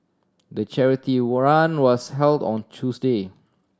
the charity run was held on Tuesday